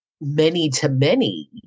many-to-many